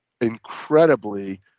incredibly